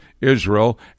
Israel